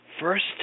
first